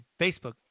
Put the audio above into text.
Facebook